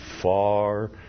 far